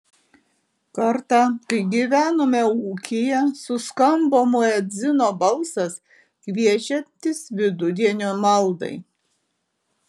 kartą kai gyvenome ūkyje suskambo muedzino balsas kviečiantis vidudienio maldai